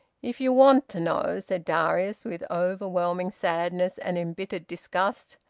if ye want to know, said darius, with overwhelming sadness and embittered disgust,